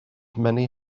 many